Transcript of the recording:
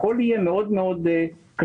הכול יהיה מאוד מאוד קשוח.